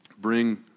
bring